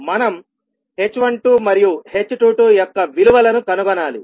మనం h12 మరియు h22 యొక్క విలువలను కనుగొనాలి